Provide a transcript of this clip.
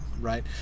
right